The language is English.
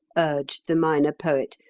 urged the minor poet,